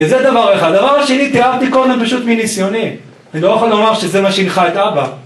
וזה דבר אחד. הדבר השני, תיארתי קודם פשוט מניסיוני, אני לא יכול לומר שזה מה שהנחה את אבא.